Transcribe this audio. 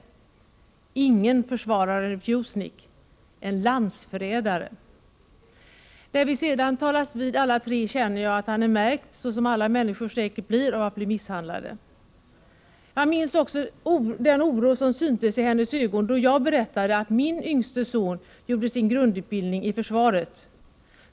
Ingen försvarar en refusnik — en landsförrädare! När vi sedan talas vid alla tre känner jag att han är märkt, såsom alla människor säkert blir av att bli misshandlade. Jag minns också den oro som syntes i hennes ögon då jag berättade att min yngste son gjorde sin grundutbildning i försvaret.